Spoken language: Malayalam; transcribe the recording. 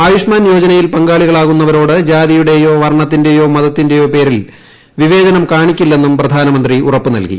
ആയുഷ്മാൻ യോജനയിൽ പങ്കാളിയാകുന്നവരോട് ജാതിയു ടെയോ വർണത്തിന്റെയോ മതത്തിന്റെയോ പേരിൽ വിവേചനം കാണിക്കില്ലെന്നും പ്രധാനമന്ത്രി ഉറപ്പുനൽകി